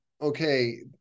okay